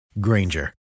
Granger